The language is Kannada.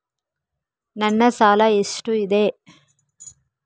ನನ್ನ ಸಾಲ ಎಷ್ಟು ಇದೆ?